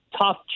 tough